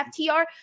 FTR